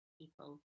people